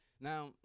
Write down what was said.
Now